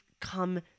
come